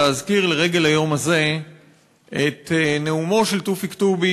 להזכיר לרגל היום הזה את נאומו של תופיק טובי